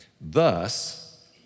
Thus